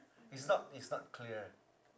it's not it's not clear